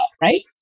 right